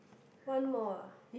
one more ah